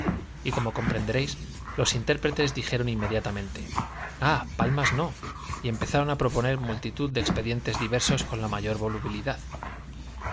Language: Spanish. y como comprenderéis los intérpretes dijeron inmediatamente ah palmas no y comenzaron a proponer multitud de expedientes diversos con la mayor volubilidad